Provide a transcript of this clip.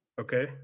Okay